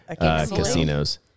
Casinos